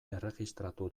erregistratu